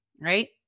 right